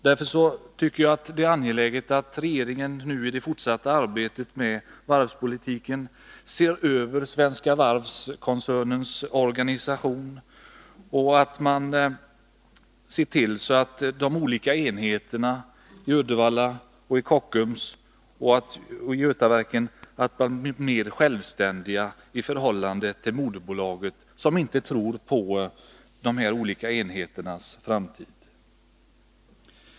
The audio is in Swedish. Det är därför angeläget att regeringen i det fortsatta arbetet med varvspolitiken ser över Svenska Varvs organisation och ser till att de olika enheterna Uddevallavarvet, Kockums och Götaverken blir mer självständiga i förhållande till moderbolaget som inte tror på enheternas framtid.